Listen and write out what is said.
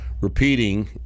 repeating